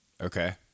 Okay